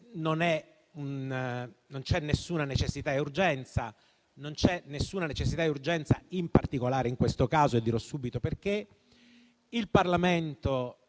non c'è nessuna necessità e urgenza, non c'è in particolare in questo caso e dirò subito perché. Il Parlamento